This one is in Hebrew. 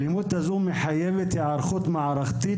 האלימות הזאת מחייבת היערכות מערכתית